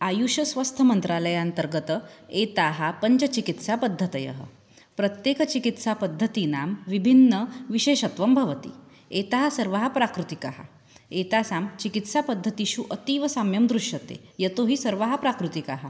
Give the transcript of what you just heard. आयुष्यस्वस्थ्यमन्त्रालयान्तर्गत एताः पञ्चचिकित्सापद्धतयः प्रत्येकचिकित्सापद्धतीनां विभिन्नविशेषत्वं भवति एताः सर्वाः प्राकृतिकाः एतासां चिकित्सापद्धतिषु अतीवसाम्यं दृश्यते यतोहि सर्वाः प्राकृतिकाः